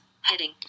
Heading